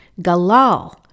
Galal